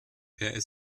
per